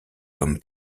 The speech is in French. comme